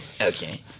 Okay